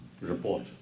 report